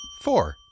Four